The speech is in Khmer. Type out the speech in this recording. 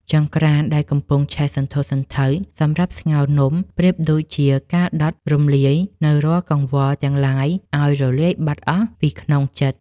ចង្ក្រានដែលកំពុងឆេះសន្ធោសន្ធៅសម្រាប់ស្ងោរនំប្រៀបដូចជាការដុតរំលាយនូវរាល់កង្វល់ទាំងឡាយឱ្យរលាយបាត់អស់ពីក្នុងចិត្ត។